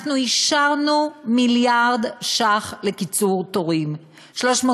אנחנו אישרנו מיליארד ש"ח לקיצור תורים: 300